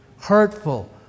Hurtful